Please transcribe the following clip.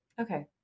Okay